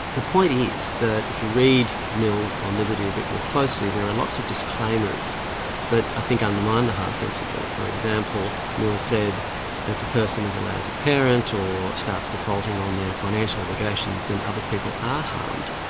the point is that if you read mill's on liberty a bit more closely, there are lots of disclaimers that i think undermine the harm principle. for example, mill said if a person is a lousy parent or starts defaulting on their financial obligations, then other people are harmed,